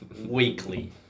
Weekly